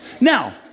Now